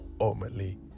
ultimately